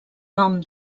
nom